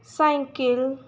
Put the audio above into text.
cycle